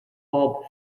bulb